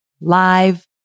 live